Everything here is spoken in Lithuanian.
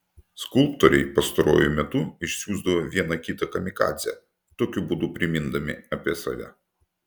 skulptoriai pastaruoju metu išsiųsdavo vieną kitą kamikadzę tokiu būdu primindami apie save